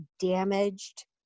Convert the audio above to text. damaged